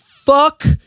fuck